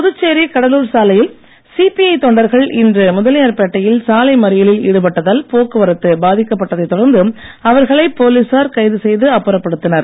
புதுச்சேரி கடலூர் சாலையில் சிபிஜ தொண்டர்கள் இன்று முதலியார்பேட்டையில் சாலை மறியலில் ஈடுபட்டதால் போக்குவரத்து பாதிக்கப் பட்டதைத் தொடர்ந்து அவர்களை போலீசார் கைது செய்து அப்புறப்படுத்தினர்